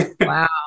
Wow